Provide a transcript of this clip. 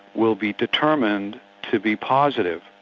will be determined to be positive.